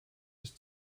ist